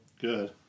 Good